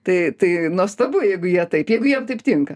tai tai nuostabu jeigu jie taip jeigu jiem taip tinka